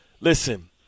listen